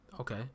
Okay